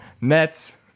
Nets